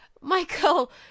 Michael